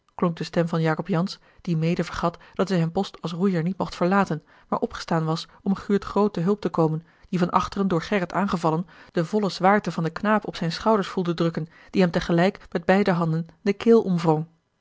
klonk de stem van jacob jansz die mede vergat dat hij zijn post als roeier niet mocht verlaten maar opgestaan was om guurt groot te hulp te komen die van achteren door gerrit aangevallen de volle zwaarte van den knaap op zijne schouders voelde drukken die hem tegelijk met beide handen de keel omwrong